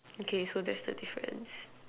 okay so that's the difference